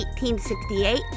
1868